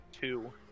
Two